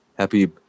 Happy